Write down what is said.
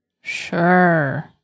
Sure